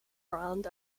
brand